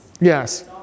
Yes